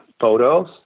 photos